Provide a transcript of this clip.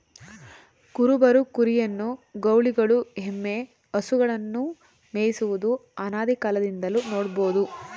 ಕುರುಬರು ಕುರಿಯನ್ನು, ಗೌಳಿಗಳು ಎಮ್ಮೆ, ಹಸುಗಳನ್ನು ಮೇಯಿಸುವುದು ಅನಾದಿಕಾಲದಿಂದಲೂ ನೋಡ್ಬೋದು